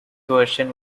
version